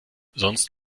sonst